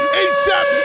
asap